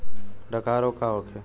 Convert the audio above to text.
डकहा रोग का होखे?